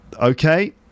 Okay